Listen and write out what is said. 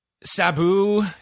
Sabu